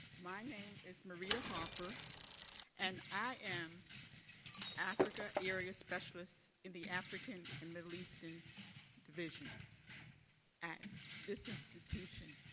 my name is marieta harper and i am africa area specialist in the african and middle eastern division at this institution,